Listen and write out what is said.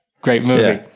great movie.